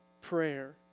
prayer